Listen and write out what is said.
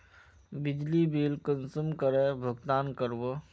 बिजली बिल कुंसम करे भुगतान कर बो?